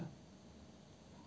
ya